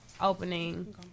opening